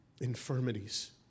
infirmities